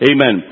Amen